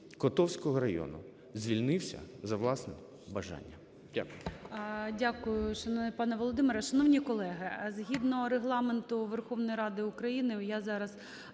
Котовського району звільнився за власним бажанням. Дякую. ГОЛОВУЮЧИЙ. Дякую, шановний пане Володимире. Шановні колеги, згідно Регламенту Верховної Ради України я зараз